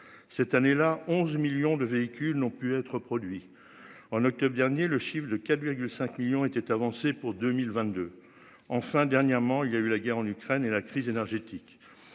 Cette année là 11 millions de véhicules n'ont pu être produit. En octobre dernier, le chiffre de avec le 5 millions était avancé pour 2022. Enfin dernièrement il y a eu la guerre en Ukraine et la crise énergétique.